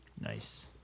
Nice